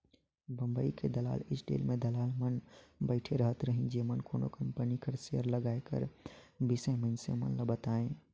बंबई के दलाल स्टीक में दलाल मन बइठे रहत रहिन जेमन कोनो कंपनी कर सेयर लगाए कर बिसे में मइनसे मन ल बतांए